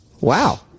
Wow